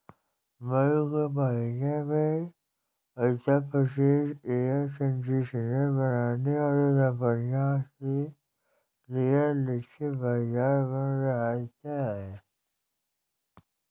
मई के महीने में उत्तर प्रदेश एयर कंडीशनर बनाने वाली कंपनियों के लिए लक्षित बाजार बन जाता है